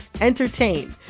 entertain